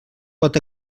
pot